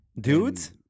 Dudes